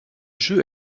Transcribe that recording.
jeu